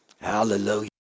Hallelujah